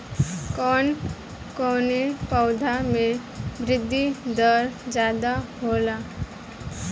कवन कवने पौधा में वृद्धि दर ज्यादा होला?